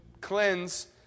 cleanse